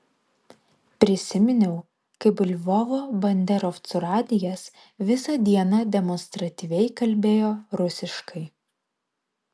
prisiminiau kaip lvovo banderovcų radijas visą dieną demonstratyviai kalbėjo rusiškai